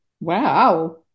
Wow